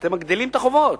אתם מגדילים את החובות.